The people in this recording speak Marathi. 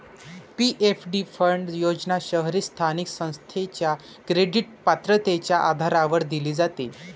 पी.एफ.डी फंड योजना शहरी स्थानिक संस्थेच्या क्रेडिट पात्रतेच्या आधारावर दिली जाते